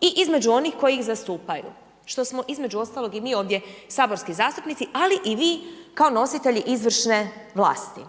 i između onih koji ih zastupaju, što smo između ostalog i mi ovdje saborski zastupnici, ali i vi kao nositelji izvršne vlasti.